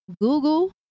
Google